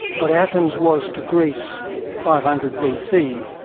what athens was to greece five hundred bc,